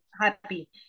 happy